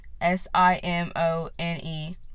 S-I-M-O-N-E